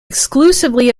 exclusively